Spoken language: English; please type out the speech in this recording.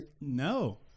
No